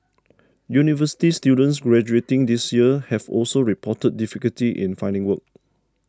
university students graduating this year have also reported difficulty in finding work